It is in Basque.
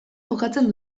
jokatzen